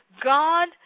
God